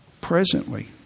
presently